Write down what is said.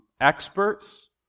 experts